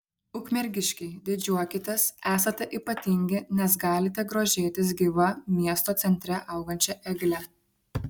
ukmergiškiai didžiuokitės esate ypatingi nes galite grožėtis gyva miesto centre augančia egle